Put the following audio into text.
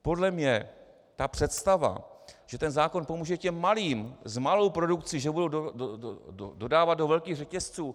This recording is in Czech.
Podle mě ta představa, že zákon pomůže těm malým s malou produkcí, že budou dodávat do velkých řetězců...